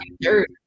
dirt